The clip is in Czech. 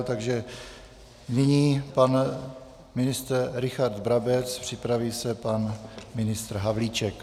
Takže nyní pan ministr Richard Brabec, připraví se pan ministr Havlíček.